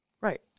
Right